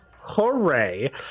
Hooray